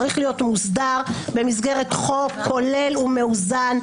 צריך להיות מוסדר במסגרת חוק כולל ומאוזן,